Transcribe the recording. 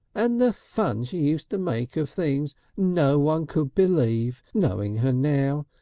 and the fun she used to make of things no one could believe knowing her now.